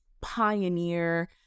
pioneer